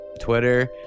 Twitter